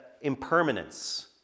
impermanence